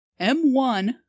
M1